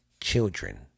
children